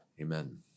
Amen